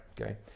okay